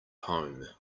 home